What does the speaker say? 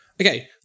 Okay